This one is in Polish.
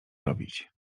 zrobić